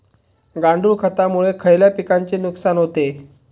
गांडूळ खतामुळे खयल्या पिकांचे नुकसान होते?